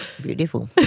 Beautiful